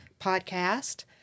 podcast